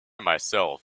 myself